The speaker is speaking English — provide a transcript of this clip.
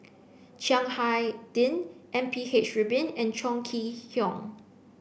Chiang Hai Ding M P H Rubin and Chong Kee Hiong